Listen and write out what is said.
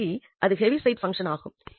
சரி அது Heaviside function ஆகும்